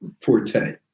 forte